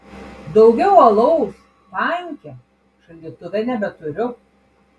daugiau alaus panke šaldytuve nebeturiu